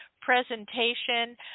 presentation